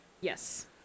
Yes